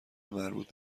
مربوط